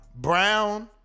Brown